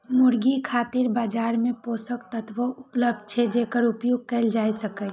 मुर्गी खातिर बाजार मे पोषक तत्व उपलब्ध छै, जेकर उपयोग कैल जा सकैए